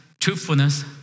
truthfulness